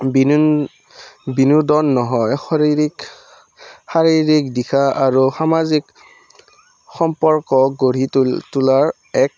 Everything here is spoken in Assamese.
বিনোদন নহয় শাৰীৰিক শাৰীৰিক দিহা আৰু সামাজিক সম্পৰ্ক গঢ়ি তোলাৰ এক